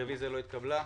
הרוויזיה לא התקבלה.